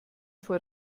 vor